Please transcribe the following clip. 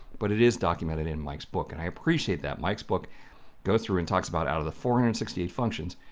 but it is documented in mike's book, and i appreciate that mike's book goes through and talks about out of the four hundred and and sixty eight functions,